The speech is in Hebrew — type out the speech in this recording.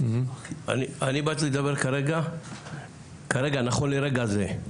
אני באתי לדבר על כך שכרגע, נכון לרגע זה,